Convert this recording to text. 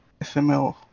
FML